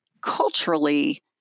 culturally